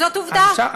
זאת עובדה.